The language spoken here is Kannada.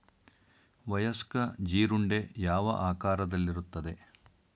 ವಯಸ್ಕ ಜೀರುಂಡೆ ಯಾವ ಆಕಾರದಲ್ಲಿರುತ್ತದೆ?